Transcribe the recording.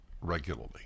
regularly